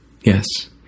Yes